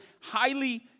highly